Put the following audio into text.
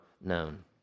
known